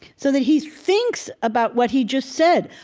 so that he thinks about what he just said.